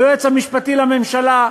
היועץ המשפטי לממשלה,